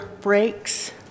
breaks